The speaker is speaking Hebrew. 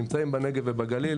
נמצאים בנגב ובגליל,